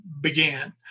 began